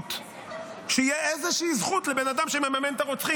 מציאות שתהיה איזושהי זכות לבן אדם שמממן את הרוצחים,